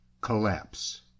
Collapse